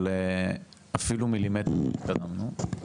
אבל אפילו מילימטר לא התקדמנו.